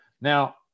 Now